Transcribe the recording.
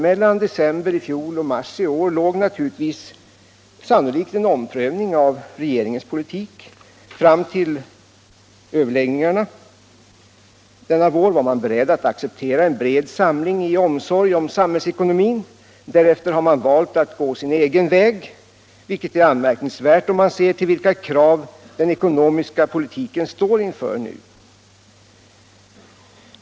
Mellan december i fjol och mars i år låg sannolikt en omprövning av regeringens politik. Fram till överläggningarna denna vår var man beredd att acceptera en bred samling i omsorgen om samhällsekonomin. Därefter har man valt att gå sin egen väg, vilket är anmärkningsvärt med hänsyn till de krav som den ekonomiska politiken nu står inför.